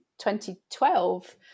2012